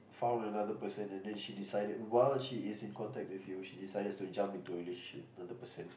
found another person and then she decided while she is in contact with you she decided to jump into a relationship with the other person